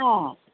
ꯑꯥ